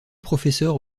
professeur